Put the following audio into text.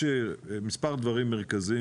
יש מספר דברים מרכזיים,